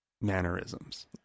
mannerisms